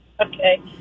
Okay